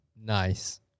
Nice